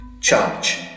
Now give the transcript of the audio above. charge